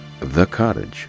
thecottage